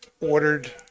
ordered